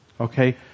okay